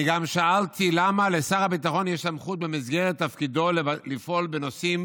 אני גם שאלתי למה לשר הביטחון יש סמכות במסגרת תפקידו לפעול בנושאים